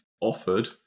offered